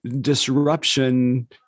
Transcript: disruption